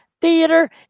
Theater